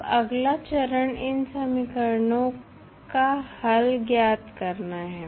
अब अगला चरण इन समीकरणों का हल ज्ञात करना है